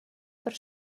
per